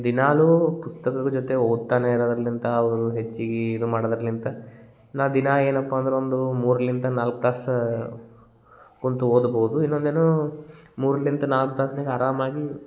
ದಿನಾಲೂ ಪುಸ್ತಕದ ಜೊತೆ ಓದ್ತಲೇ ಇರೋದ್ರಲಿಂದ ಅವರು ಹೆಚ್ಚಿಗೆ ಇದು ಮಾಡದ್ರಲಿಂದ ನಾ ದಿನಾ ಏನಪ್ಪ ಅಂದ್ರೆ ಒಂದು ಮೂರ್ಲಿಂದ ನಾಲ್ಕು ತಾಸು ಕೂತು ಓದ್ಬೋದು ಇನ್ನೊಂದೇನು ಮೂರ್ಲಿಂದ ನಾಲ್ಕು ತಾಸ್ನಾಗ ಆರಾಮಾಗಿ